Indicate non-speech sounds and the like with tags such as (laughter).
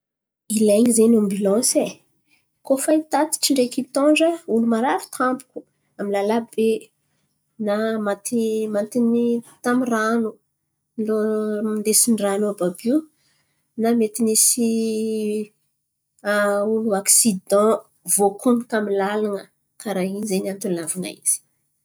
Ilain̈y zen̈y ambilansy e koa fa hitatitry ndreky hitondra olo marary tampoko amy lala-be na maty matin'ny tamy rano. (hesitation) Nindesin-drano àby àby io na mety nisy (hesitation) olo aksidan voakon̈o tamy lalan̈a. Karà in̈y zen̈y antony ilàvan̈a izy.